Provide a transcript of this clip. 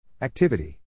Activity